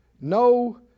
No